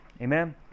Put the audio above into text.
Amen